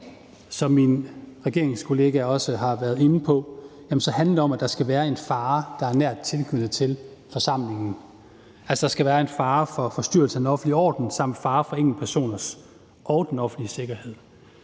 Som min regeringskollega også har været inde på, handler det om, at der skal være en fare, der er nært knyttet til forsamlingen. Der skal være en fare for forstyrrelse af den offentlige orden samt fare for enkeltpersoner og for den offentlige sikkerhed,